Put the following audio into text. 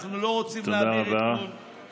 אנחנו לא רוצים להעביר עדכון, תודה רבה.